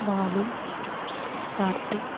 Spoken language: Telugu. బాలు కార్తీక్